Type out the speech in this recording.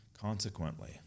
Consequently